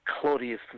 Claudius